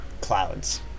clouds